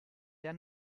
der